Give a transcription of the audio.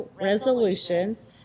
resolutions